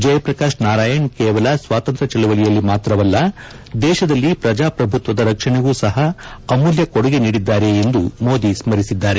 ಜಯಪ್ರಕಾಶ್ ನಾರಾಯಣ್ ಕೇವಲ ಸ್ವಾತಂತ್ರ್ಯ ಚಳವಳಯಳ್ಲಿ ಮಾತ್ರವಲ್ಲ ದೇಶದಲ್ಲಿ ಪ್ರಜಾಪ್ರಭುತ್ವದ ರಕ್ಷಣೆಗೂ ಸಹ ಅಮೂಲ್ಡ ಕೊಡುಗೆ ನೀಡಿದ್ದಾರೆ ಎಂದು ಮೋದಿ ಸ್ನರಿಸಿದ್ದಾರೆ